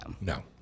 No